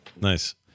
nice